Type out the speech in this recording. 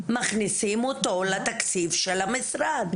מכניסים אותו לתקציב של המשרד.